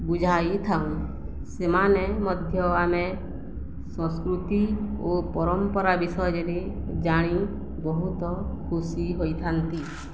ବୁଝାଇ ଥାଉଁ ସେମାନେ ମଧ୍ୟ ଆମେ ସଂସ୍କୃତି ଓ ପରମ୍ପରା ବିଷୟରେ ଜାଣି ବହୁତ ଖୁସି ହୋଇଥାନ୍ତି